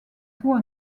tout